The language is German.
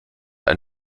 ein